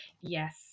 yes